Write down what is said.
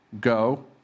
go